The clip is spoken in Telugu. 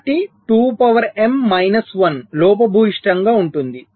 కాబట్టి 2 పవర్ m మైనస్ 1 లోపభూయిష్టంగా ఉంటుంది